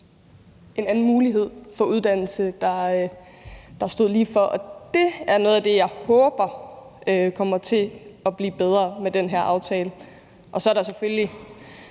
en anden mulighed for uddannelse, der stod lige for. Det er noget af det, jeg håber kommer til at blive bedre med den her aftale. Så er der selvfølgelig